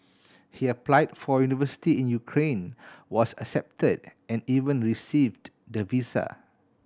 he apply for university in Ukraine was accepted and even received the visa